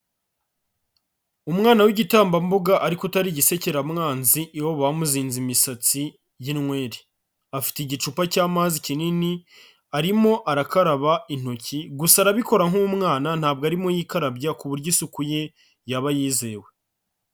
Umwana w'igitambambuga ariko utari igisekeramwanzi, iwabo bamuzinze imisatsi y'inwere, afite igicupa cy'amazi kinini arimo arakaraba intoki gusa arabikora nk'umwana ntabwo arimo yikarabya ku buryo isuku ye yaba yizewe.